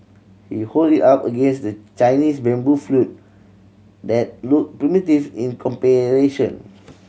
he hold it up against the Chinese bamboo flute that look primitive in comparison